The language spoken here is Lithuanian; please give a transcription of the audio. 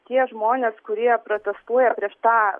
tie žmonės kurie protestuoja prieš tą